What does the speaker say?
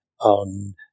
on